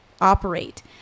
operate